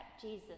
Jesus